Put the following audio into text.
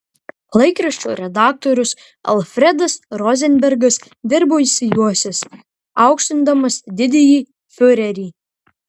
laikraščio redaktorius alfredas rozenbergas dirbo išsijuosęs aukštindamas didįjį fiurerį